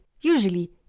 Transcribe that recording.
Usually